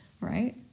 right